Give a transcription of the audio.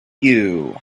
you